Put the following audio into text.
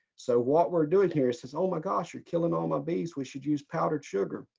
so what we're doing here says oh my gosh you're killing all my bees, we should use powdered sugar.